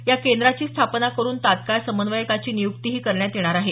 या केंद्राची स्थापना करुन तात्काळ समन्वयकाची नियुक्तीही करण्यात येणार आहे